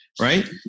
right